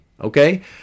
okay